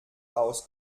aus